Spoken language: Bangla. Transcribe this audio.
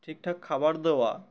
ঠিক ঠাক খাবার দেওয়া